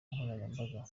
nkoranyambaga